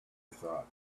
thought